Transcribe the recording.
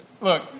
Look